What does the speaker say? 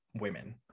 women